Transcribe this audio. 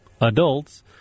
adults